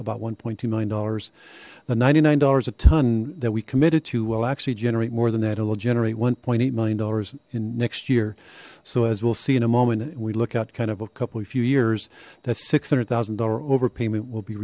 about one two million dollars the ninety nine dollars a ton that we committed to will actually generate more than that it'll generate one point eight million dollars in next year so as we'll see in a moment and we look at kind of a couple few years that six hundred thousand dollars overpayment will be